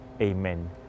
Amen